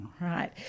Right